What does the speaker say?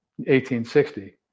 1860